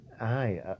Aye